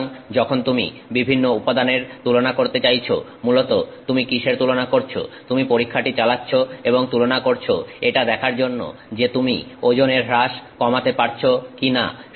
সুতরাং যখন তুমি বিভিন্ন উপাদানের তুলনা করতে চাইছো মূলত তুমি কিসের তুলনা করছ তুমি পরীক্ষাটি চালাচ্ছো এবং তুলনা করছ এটা দেখার জন্য যে তুমি ওজনের হ্রাস কমাতে পারছো কিনা